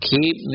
Keep